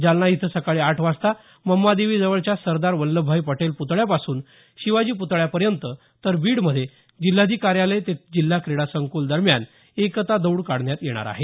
जालना इथं सकाळी आठ वाजता मम्मादेवी जवळच्या सरदार वल्लभभाई पटेल पुतळ्यापासून शिवाजी पुतळ्यापर्यंत तर बीडमध्ये जिल्हाधिकारी कार्यालय ते जिल्हा क्रीडा संकुल दरम्यान एकता दौड काढण्यात येणार आहे